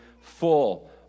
full